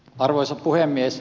arvoisa puhemies